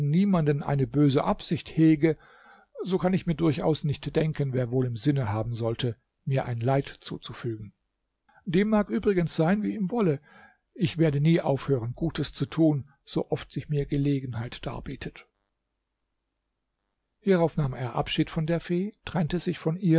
niemanden eine böse absicht hege so kann ich mir durchaus nicht denken wer wohl im sinne haben sollte mir ein leid zuzufügen dem mag übrigens sein wie ihm wolle ich werde nie aufhören gutes zu tun so oft sich mir gelegenheit darbietet herauf nahm er abschied von der fee trennte sich von ihr